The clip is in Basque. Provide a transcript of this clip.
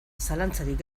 zalantzarik